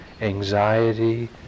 anxiety